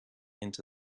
into